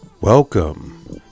Welcome